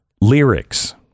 lyrics